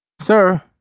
Sir